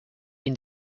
been